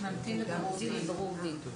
- ממתין לבירור דין,